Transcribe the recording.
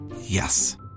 Yes